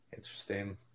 Interesting